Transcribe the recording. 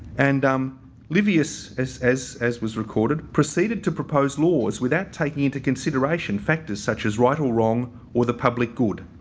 and um livius as as was recorded proceeded to propose laws without taking into consideration factors such as right or wrong or the public good.